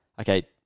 Okay